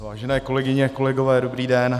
Vážené kolegyně, kolegové, dobrý den.